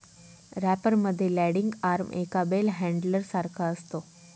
wrapper मध्ये landing arm एका bale handler सारखा असतो